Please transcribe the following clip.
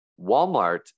Walmart